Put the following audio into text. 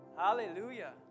Hallelujah